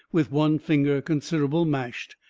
with one finger considerable mashed,